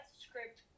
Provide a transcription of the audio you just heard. script